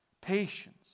patience